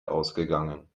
ausgegangen